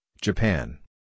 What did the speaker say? Japan